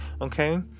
Okay